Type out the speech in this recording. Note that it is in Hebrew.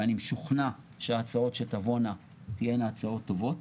ואני משוכנע שההצעות שתבאנה תהיינה הצעות טובות,